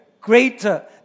greater